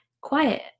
quiet